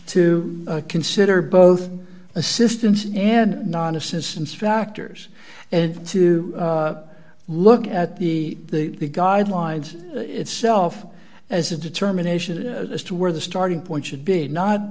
to consider both assistance and non assistance factors and to look at the guidelines itself as a determination as to where the starting point should be not